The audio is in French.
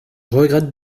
regrette